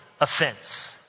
offense